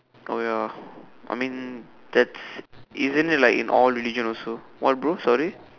oh ya I mean that's isn't that like in all religion also what bro sorry